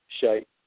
shape